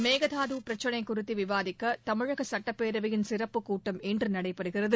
மேகதாது பிரச்னை குறித்து விவாதிக்க தமிழக சுட்டப்பேரவையின் சிறப்பு கூட்டம் இன்று நடைபெறுகிறது